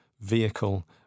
vehicle